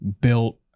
built